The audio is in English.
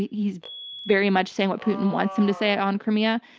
he's very much saying what putin wants him to say on crimea.